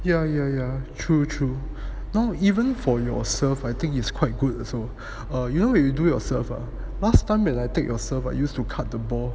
ya ya ya true true no even for your serve I think is quite good also are you know if you do it or serve last time when I take your serve I used to cut the ball